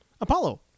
Apollo